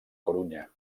corunya